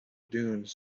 dunes